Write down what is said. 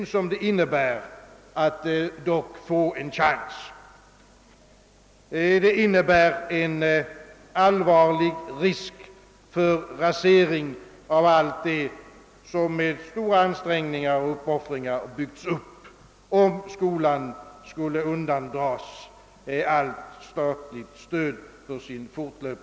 Om skolan skulle undandras allt statligt stöd för sin fortlöpande verksamhet föreligger allvarlig risk för rasering av allt det som med stora ansträngningar och uppoffringar byggts upp.